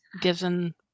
given